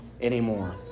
anymore